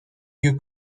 you